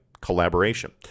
collaboration